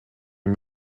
ihm